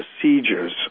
procedures